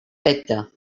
peta